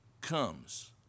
comes